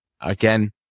Again